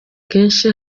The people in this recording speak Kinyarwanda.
kenshi